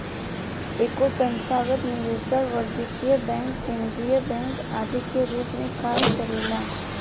एगो संस्थागत निवेशक वाणिज्यिक बैंक केंद्रीय बैंक आदि के रूप में कार्य करेला